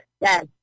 Yes